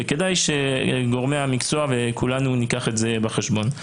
וכדאי שגורמי המקצוע וכולנו ניקח את זה בחשבון.